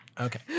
Okay